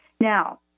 Now